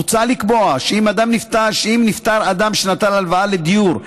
מוצע לקבוע שאם נפטר אדם שנטל הלוואה לדיור,